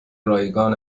رایگان